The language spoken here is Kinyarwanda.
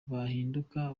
bahinduka